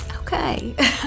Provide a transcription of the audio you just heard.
Okay